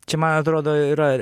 čia man atrodo yra